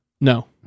No